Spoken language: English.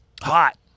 hot